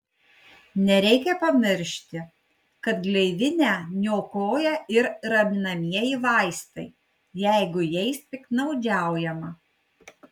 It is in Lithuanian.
nereikia pamiršti kad gleivinę niokoja ir raminamieji vaistai jeigu jais piktnaudžiaujama